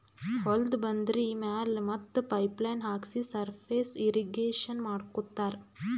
ಹೊಲ್ದ ಬಂದರಿ ಮ್ಯಾಲ್ ಮತ್ತ್ ಪೈಪ್ ಲೈನ್ ಹಾಕ್ಸಿ ಸರ್ಫೇಸ್ ಇರ್ರೀಗೇಷನ್ ಮಾಡ್ಕೋತ್ತಾರ್